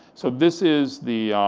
so this is the